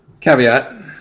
Caveat